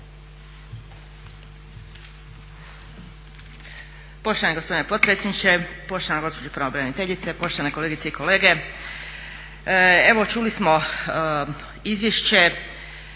Poštovani gospodine potpredsjedniče, poštovana gospođo pravobraniteljice, poštovane kolegice i kolege. Evo čuli smo izvješće,